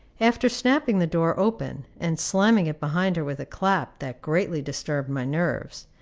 after snapping the door open and slamming it behind her with a clap that greatly disturbed my nerves,